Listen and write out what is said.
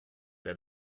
der